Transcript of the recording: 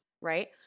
right